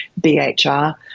BHR